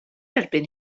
erbyn